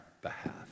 behalf